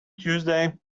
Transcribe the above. tuesday